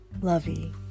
lovey